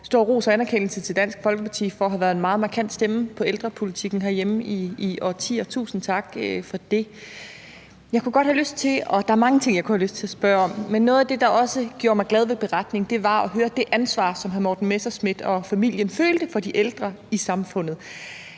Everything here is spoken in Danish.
stor ros og anerkendelse til Dansk Folkeparti for at have været en meget markant stemme i ældrepolitikken herhjemme i årtier. Tusind tak for det. Der er mange ting, jeg kunne have lyst til at spørge om, men noget af det, der også gjorde mig glad ved beretningen, var at høre om det ansvar, som hr. Morten Messerschmidt og familien føler for de ældre i samfundet.